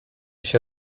się